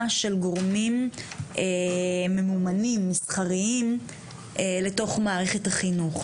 של גורמים ממומנים מסחריים לתוך מערכת החינוך.